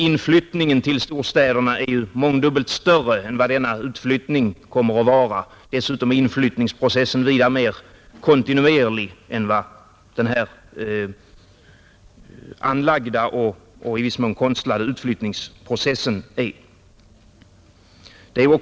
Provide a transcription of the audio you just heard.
Inflyttningen till storstäderna är mångdubbelt större än vad denna utflyttning kommer att vara. Dessutom är inflyttningsprocessen vida mer kontinuerlig än den anlagda och i viss mån konstlade utflyttningsprocessen.